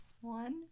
One